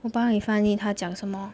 我帮你翻译他讲什么